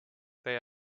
they